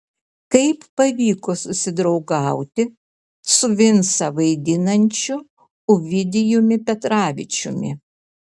kaip pavyko susidraugauti su vincą vaidinančiu ovidijumi petravičiumi